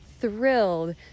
thrilled